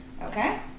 Okay